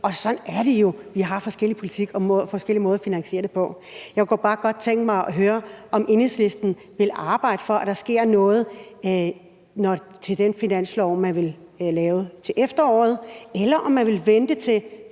og sådan er det jo; vi har forskellige politikområder og forskellige måder at finansiere det på. Jeg kunne bare godt tænke mig at høre, om Enhedslisten vil arbejde for, at der sker noget til den finanslov, man vil lave til efteråret, eller om man vil –